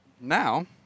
Now